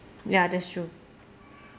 ya that's true